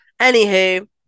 Anywho